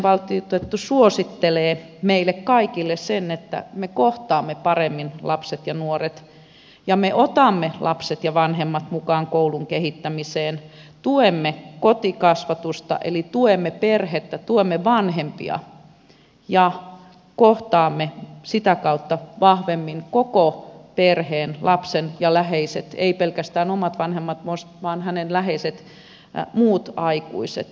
lapsiasiavaltuutettu suosittelee meille kaikille sitä että me kohtaamme paremmin lapset ja nuoret ja me otamme lapset ja vanhemmat mukaan koulun kehittämiseen tuemme kotikasvatusta eli tuemme perhettä tuemme vanhempia ja kohtaamme sitä kautta vahvemmin koko perheen lapsen ja läheiset emme pelkästään omia vanhempia vaan lapsen muut läheiset aikuiset